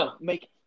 make